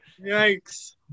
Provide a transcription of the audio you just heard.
Yikes